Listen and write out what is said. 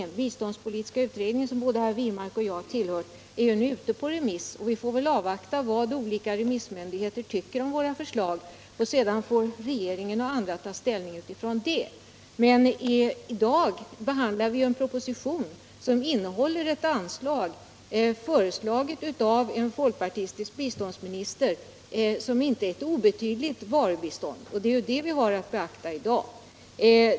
Betänkandet från biståndspolitiska utredningen, som både herr Wirmark och jag tillhör, är ute på remiss. Vi får väl se vad olika remissmyndigheter tycker om våra förslag, och sedan får regeringen och andra ta ställning med utgångspunkt från det. Men i dag behandlar vi en proposition, i vilken en folkpartistisk biståndsminister föreslår ett anslag som innebär ett inte obetydligt varubistånd. Det är det vi har att beakta i dag och ta ställning till.